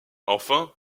enfin